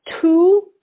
two